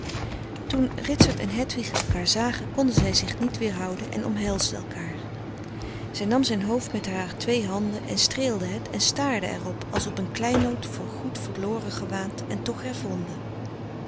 toen ritsert en hedwig elkaar zagen konden zij zich niet weerhouden en omhelsden elkaar zij nam zijn hoofd met haar twee handen en streelde het en staarde er op als op een kleinood voor goed verloren gewaand en toch hervonden